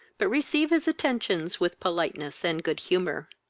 but receive his attentions with politeness and good humour.